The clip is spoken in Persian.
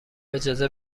اجازه